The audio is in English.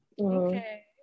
Okay